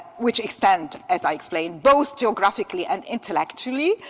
which extend, as i explained, both geographically and intellectually,